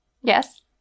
yes